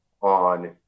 on